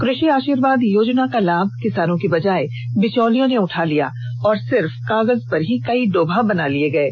कृषि आषीर्वाद योजना का लाभ किसानों की बजाय बिचौलियों ने उठा लिया और सिर्फ कागज पर ही कई डोभा बना लिये गये